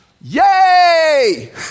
Yay